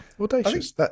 Audacious